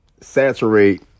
saturate